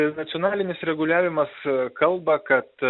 nacionalinis reguliavimas kalba kad